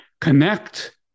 connect